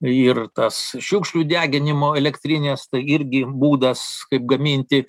ir kas šiukšlių deginimo elektrinės tai irgi būdas kaip gaminti